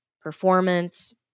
performance